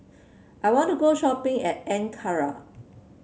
I want to go shopping at Ankara